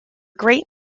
great